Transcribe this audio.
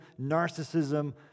narcissism